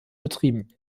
betrieben